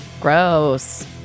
Gross